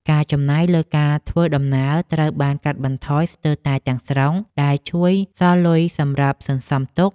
ការចំណាយលើការធ្វើដំណើរត្រូវបានកាត់បន្ថយស្ទើរតែទាំងស្រុងដែលជួយសល់លុយសម្រាប់សន្សំទុក។